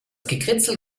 gekritzel